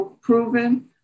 proven